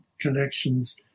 connections